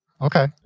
Okay